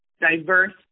diverse